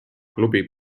klubi